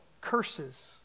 curses